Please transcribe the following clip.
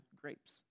grapes